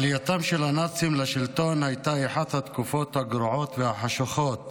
עלייתם של הנאצים לשלטון הייתה אחת התקופות הגרועות והחשוכות